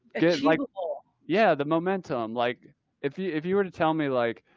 yeah like ah yeah, the momentum. like if you if you were to tell me like,